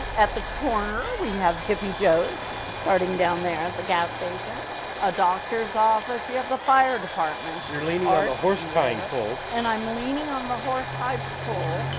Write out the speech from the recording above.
at the corner, we have hippie joe's starting down there at the gas station a doctor's office. you have the fire department you're leaning on the and horse-tying pole and i'm leaning on the horse-tying pole.